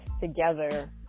together